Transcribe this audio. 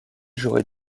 j’aurais